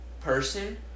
person